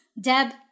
Deb